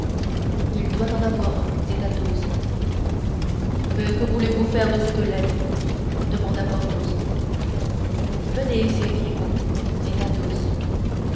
il doit en avoir un dit athos mais que voulez-vous faire de cette lettre demanda porthos venez ici grimaud